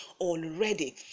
already